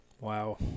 Wow